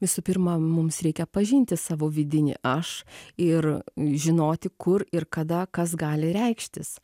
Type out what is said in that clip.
visų pirma mums reikia pažinti savo vidinį aš ir žinoti kur ir kada kas gali reikštis